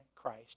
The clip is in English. Christ